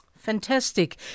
Fantastic